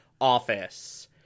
office